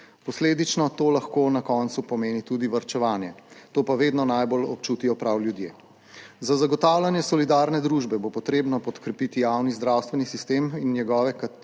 Posledično to lahko na koncu pomeni tudi varčevanje. To pa vedno najbolj občutijo prav ljudje. Za zagotavljanje solidarne družbe bo potrebno podkrepiti javni zdravstveni sistem in njegove